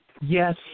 yes